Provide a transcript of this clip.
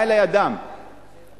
בא אלי אדם מבוגר